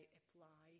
apply